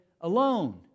alone